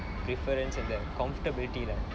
preference and the comfortability lah